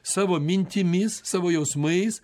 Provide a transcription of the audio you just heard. savo mintimis savo jausmais